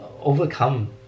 overcome